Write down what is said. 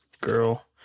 girl